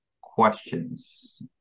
questions